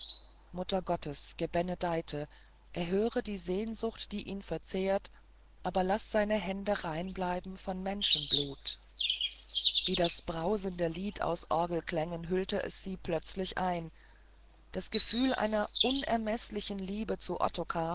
muttergottes gebenedeite erhöre die sehnsucht die ihn verzehrt aber laß seine hände rein bleiben von menschenblut wie ein brausendes lied aus orgeklängen hüllte es sie plötzlich ein das gefühl einer unermeßlichen liebe zu